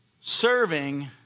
Serving